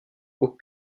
aux